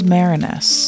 Marinus